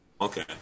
Okay